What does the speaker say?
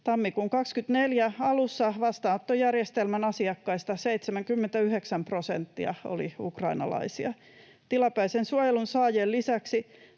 Tammikuun 24 alussa vastaanottojärjestelmän asiakkaista 79 prosenttia oli ukrainalaisia. Tilapäisen suojelun saajien lisäksi